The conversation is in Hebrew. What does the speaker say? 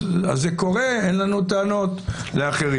אז זה קורה, אין לנו טענות לאחרים.